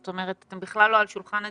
זאת אומרת אתם בכלל לא על שולחן הדיונים,